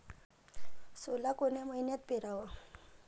सोला कोन्या मइन्यात पेराव?